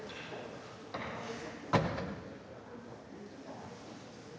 Tak